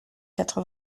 quatre